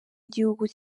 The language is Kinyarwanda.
igihugu